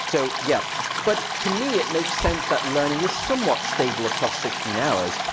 so yep. but to me, it makes sense that learning is somewhat stable across sixteen hours,